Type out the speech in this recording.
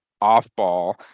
off-ball